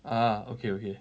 ah okay okay